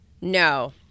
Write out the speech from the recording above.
No